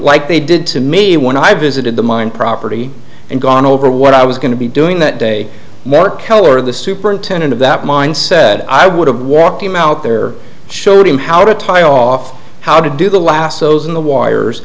like they did to me when i visited the mine property and gone over what i was going to be doing that day mark heller the superintendent of that mine said i would have walked him out there showed him how to tie off how to do the lassos in the wires